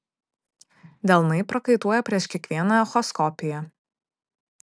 delnai prakaituoja prieš kiekvieną echoskopiją